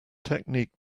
technique